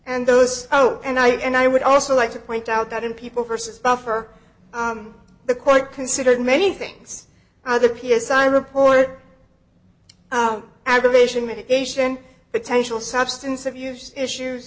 and those oh and i and i would also like to point out that in people versus suffer the court considered many things other p s i report aggravation mitigation potential substance abuse issues